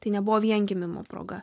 tai nebuvo vien gimimo proga